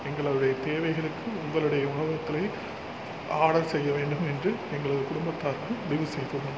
எங்களோடய தேவைகளுக்கு உங்களுடைய உணவுக்களை ஆர்டர் செய்ய வேண்டும் என்று எங்களது குடும்பத்தார்கள் முடிவு செய்துள்ளனர்